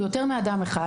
וזה יותר מאדם אחד,